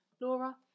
Laura